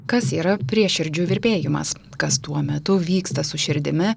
kas yra prieširdžių virpėjimas kas tuo metu vyksta su širdimi